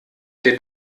der